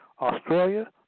Australia